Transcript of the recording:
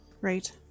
right